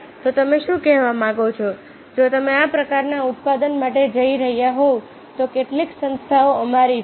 તો તમે શું કહેવા માંગો છો જો તમે આ પ્રકારના ઉત્પાદન માટે જઈ રહ્યા હોવ તો કેટલીક સંસ્થાઓ અમારી છે